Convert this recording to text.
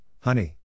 honey